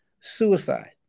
Suicide